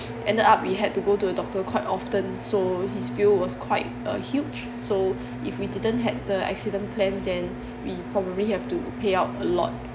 end up we had to go to a doctor quite often so his bill was quite uh huge so if we didn't had the accident plan then we probably have to pay out a lot